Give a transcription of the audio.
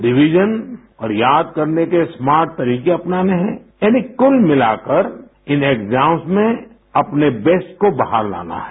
revision और याद करने के स्मार्ट तरीके अपनाने हैं यानी कुल मिलाकर इन एग्जाम्स में अपने बेस्ट को बाहर लाना है